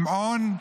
שמעון,